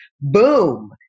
Boom